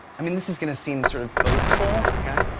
i mean this is gonna seem sort of boastful. okay.